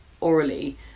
orally